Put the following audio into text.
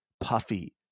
puffy